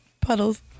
puddles